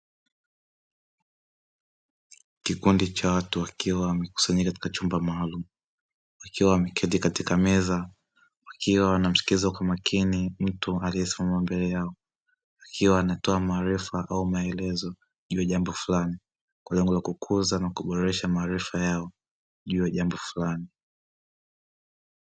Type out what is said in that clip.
Kundi la watu wazima wanaume na wanawake wakiwa wamekaa kwenye meza wakiwa wamekusanyika katika chumba cha mikutano wanafunzi hao wanamtazama mzungumzaji aliyesimama mbele hali inayoashiria semina warsha au mkutano wa elimu ya watu wazima mazingira haya yanaonyesha jinsi walivyojitolea katika kuboresha elimu yao na ujuzi mbalimbali.